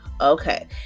Okay